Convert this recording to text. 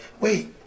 wait